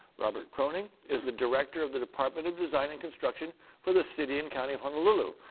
robert kroning is the director of the department of design and construction for the city and county of honolulu.